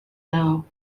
now